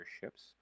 ships